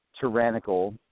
tyrannical